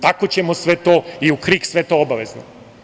Tako ćemo i u KRIK sve to obavezno“